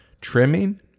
trimming